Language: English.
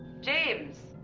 james